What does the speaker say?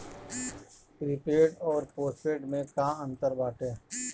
Prepaid अउर postpaid में का अंतर बाटे?